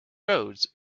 roads